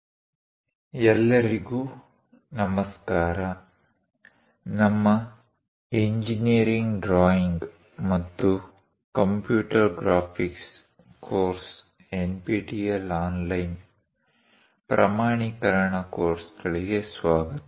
conic ವಿಭಾಗಗಳು I Conic Sections - I ಎಲ್ಲರಿಗೂ ನಮಸ್ಕಾರ ನಮ್ಮ ಇಂಜಿನೀರಿಂಗ್ ಡ್ರಾಯಿಂಗ್ ಮತ್ತು computer graphics course NPTEL online ಪ್ರಮಾಣೀಕರಣ ಕೋರ್ಸ್ಗಳಿಗೆ ಸ್ವಾಗತ